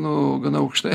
nu gana aukštai